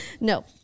No